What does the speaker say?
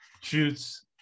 shoots